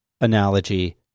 analogy